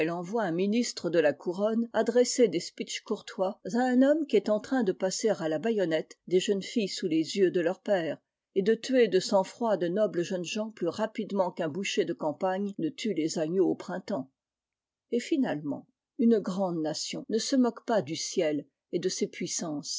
envoie un ministre de la couronner des speeches courtois à un homme qui est en train de passer à la baïonnette des jeunes filles sous les yeux de leur père et de tuer de sang-froid de nobles jeunes gens plus rapidement qu'un boucher de campagne ne tue les agneaux au printemps et finalement une grande nation ne se moque pas du ciel et de ses